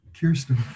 Kirsten